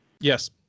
Yes